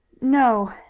no,